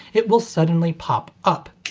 it will suddenly pop up.